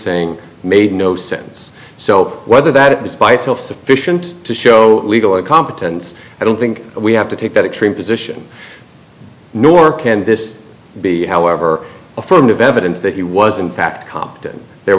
saying made no sense so whether that was by itself sufficient to show legal incompetence i don't think we have to take that extreme position nor can this be however affirmative evidence that he was in fact compton there